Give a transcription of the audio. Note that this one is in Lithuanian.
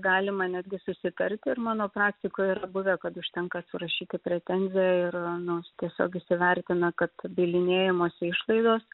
galima netgi susitarti ir mano praktikoj yra buvę kad užtenka surašyti pretenziją ir tiesiog įsivertina kad bylinėjimosi išlaidos